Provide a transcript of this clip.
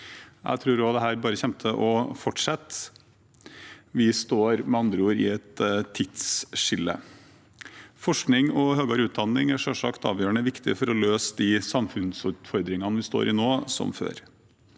Jeg tror også dette bare kommer til å fortsette. Vi står med andre ord ved et tidsskille. Forskning og høyere utdanning er selvsagt avgjørende viktig for å løse de samfunnsutfordringene vi står i nå – som før.